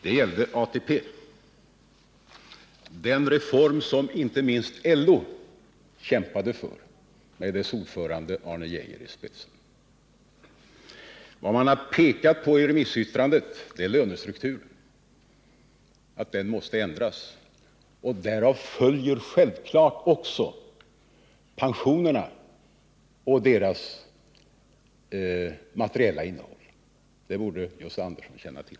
Det gällde ATP, den reform som inte minst LO kämpade för med sin dåvarande ordförande Arne Geijer i spetsen. Vad man har pekat på i remissyttrandet är att lönestrukturen måste ändras — och därmed självfallet också pensionerna och deras materiella innehåll. Det borde Gösta Andersson känna till.